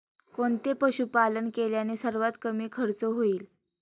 कोणते पशुपालन केल्याने सर्वात कमी खर्च होईल?